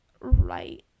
right